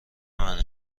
منه